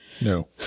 No